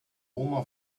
oma